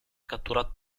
catturato